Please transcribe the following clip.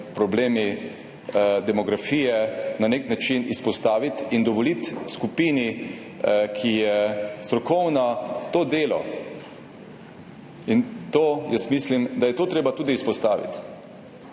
probleme z demografijo, na nek način izpostaviti in dovoliti skupini, ki je strokovna, to delo. Mislim, da je treba to tudi izpostaviti,